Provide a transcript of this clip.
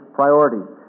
priorities